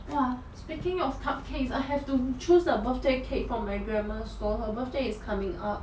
!wah! speaking of cupcakes I have to choose a birthday cake for my grandma for her birthday is coming up